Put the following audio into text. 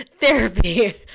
therapy